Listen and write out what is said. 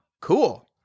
Cool